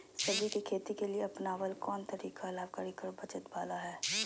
सब्जी के खेती के लिए अपनाबल कोन तरीका लाभकारी कर बचत बाला है?